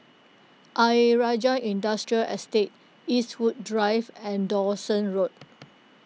Ayer Rajah Industrial Estate Eastwood Drive and Dawson Road